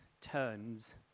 turns